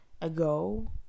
ago